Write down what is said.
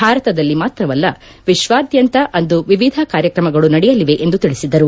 ಭಾರತದಲ್ಲಿ ಮಾತ್ರವಲ್ಲ ವಿಶ್ವಾದ್ಯಂತ ಅಂದು ವಿವಿಧ ಕಾರ್ಯಕ್ರಮಗಳು ನಡೆಯಲಿವೆ ಎಂದು ತಿಳಿಸಿದರು